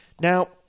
Now